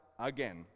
again